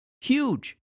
Huge